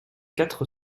quatre